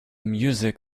music